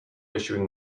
issuing